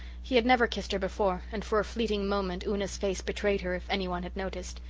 he had never kissed her before, and for a fleeting moment una's face betrayed her, if anyone had noticed.